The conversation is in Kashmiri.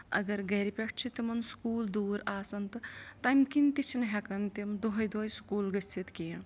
اگر گَرِ پٮ۪ٹھ چھِ تِمَن سکوٗل دوٗر آسَان تہٕ تَمہِ کِنۍ تہِ چھِنہٕ ہٮ۪کَان تِم دۄہَے دۄہے سکوٗل گٔژھِتھ کیٚنٛہہ